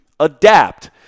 adapt